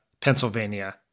Pennsylvania